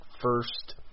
first